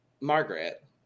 Margaret